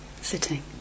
sitting